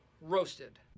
roasted